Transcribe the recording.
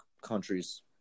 countries